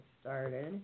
started